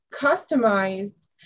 customize